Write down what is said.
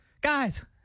guys